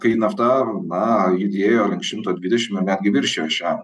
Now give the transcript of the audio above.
kai nafta na judėjo link šimto dvidešim ar netgi viršijo šią